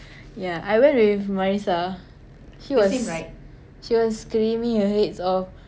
yeah I went with Marissa she was she was screaming her heads off